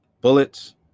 bullets